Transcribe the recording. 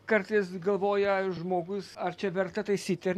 kartais galvoja žmogus ar čia verta taisyti ar